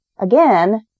again